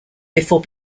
before